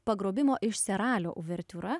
pagrobimo iš seralio uvertiūra